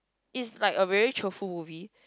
is like a very cheerful movie